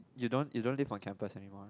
you don't you don't live on campus anymore right